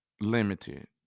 limited